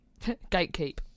Gatekeep